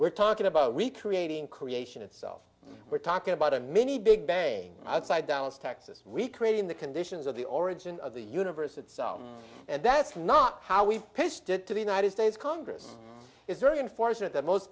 we're talking about recreating creation itself we're d talking about a mini big bang out side dallas texas recreating the conditions of the origin of the universe itself and that's not how we've pissed it to the united states congress it's very unfortunate that most